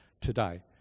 today